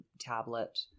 tablet